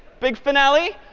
big finale,